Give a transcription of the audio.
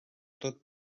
tot